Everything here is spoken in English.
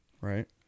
right